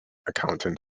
accounting